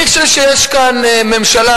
נניח שיש כאן ממשלה,